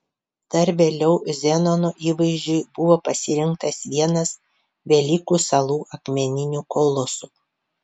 dar vėliau zenono įvaizdžiui buvo pasirinktas vienas velykų salų akmeninių kolosų